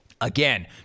Again